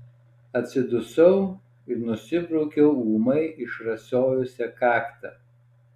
atsidusau ir nusibraukiau ūmai išrasojusią kaktą